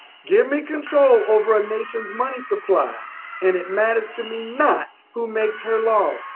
give me control over a nations' money supply and it matters to me not who makes her laws.